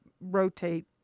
rotate